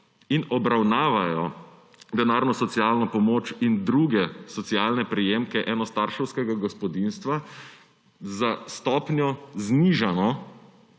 in obravnavajo denarno socialno pomoč in druge socialne prejemke enostarševskega gospodinjstva za stopnjo znižano,